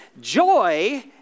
Joy